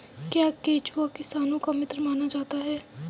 क्या केंचुआ किसानों का मित्र माना जाता है?